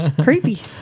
Creepy